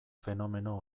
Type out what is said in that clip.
fenomeno